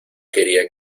quería